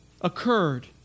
occurred